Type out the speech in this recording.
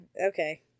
Okay